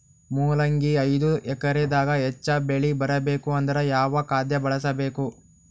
ಮೊಲಂಗಿ ಐದು ಎಕರೆ ದಾಗ ಹೆಚ್ಚ ಬೆಳಿ ಬರಬೇಕು ಅಂದರ ಯಾವ ಖಾದ್ಯ ಬಳಸಬೇಕು?